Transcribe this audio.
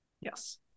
Yes